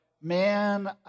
man